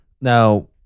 Now